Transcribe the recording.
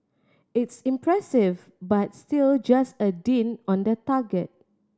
it's impressive but still just a dint on the target